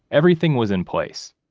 everything was in place.